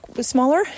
smaller